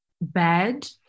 bad